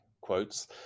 quotes